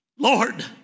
Lord